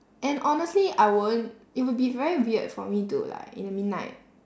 and honestly I won't it would be very weird for me to like in the midnight